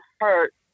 hurt